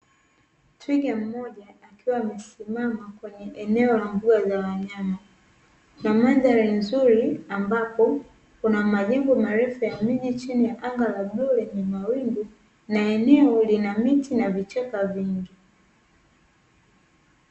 Twiga mmoja akiwa amesimama kwenye eneo la mbuga za wanyama na mandhari nzuri, ambapo kuna majengo marefu yaliyo chini ya anga la bluu lenye mawingu, na eneo lina miti na vichaka vingi.